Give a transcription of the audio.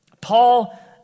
Paul